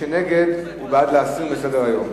מי שנגד הוא בעד להסיר מסדר-היום.